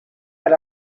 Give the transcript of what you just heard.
per